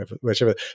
whichever